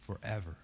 forever